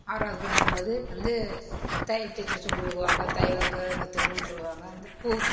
ஆறாவது படிக்கும் போது வந்து தையல் டீச்சரு சொல்லிக் கொடுக்குவாங்க தையல் கற்றுக்கிறனும்னு சொல்லுவாங்க பூ